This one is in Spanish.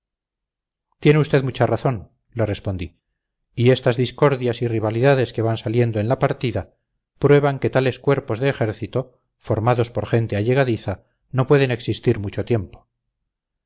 tiene usted mucha razón le respondí y estas discordias y rivalidades que van saliendo en la partida prueban que tales cuerpos de ejército formados por gente allegadiza no pueden existir mucho tiempo